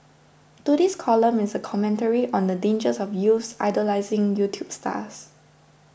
today's column is a commentary on the dangers of youths idolising YouTube stars